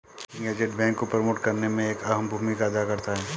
banking agent bank को promote करने में एक अहम भूमिका अदा करता है